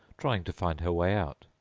trying to find her way out.